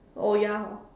oh ya hor